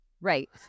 Right